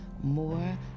more